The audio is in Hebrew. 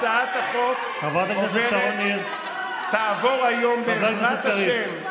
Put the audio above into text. הצעת החוק תעבור היום, בעזרת השם.